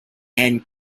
and